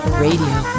radio